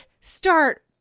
start